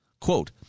Quote